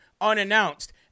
unannounced